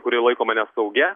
kuri laikoma nesaugia